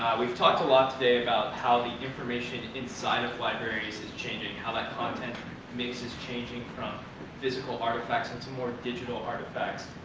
we've talked a lot today about how the information inside of libraries is changing how that content mix is changing from physical artifacts into more digital artifacts.